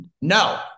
No